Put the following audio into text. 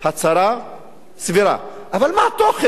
הצהרה סבירה, אבל מה התוכן?